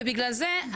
ובגלל זה,